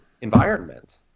environment